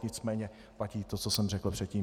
Nicméně platí to, co jsem řekl předtím.